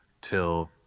till